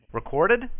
Recorded